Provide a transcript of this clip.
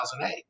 2008